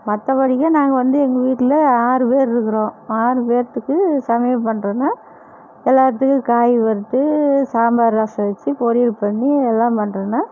மற்றபடிக்கி நாங்கள் வந்து எங்கள் வீட்டில் ஆறு பேர் இருக்கிறோம் ஆறு பேத்துக்கு சமையல் பண்ணுறதுனா எல்லாத்துக்கும் காய் வறுத்து சாம்பார் ரசம் வச்சு பொரியல் பண்ணி எல்லாம் பண்ணுறதுனா